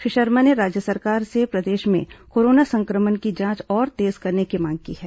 श्री शर्मा ने राज्य सरकार से प्रदेश में कोरोना संक्रमण की जांच और तेज करने की मांग की है